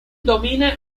domina